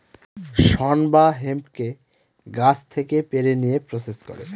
শন বা হেম্পকে গাছ থেকে পেড়ে নিয়ে প্রসেস করে